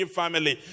family